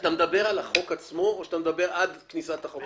אתה מדבר על החוק עצמו או שאתה מדבר על עד כניסת החוק לתוקף?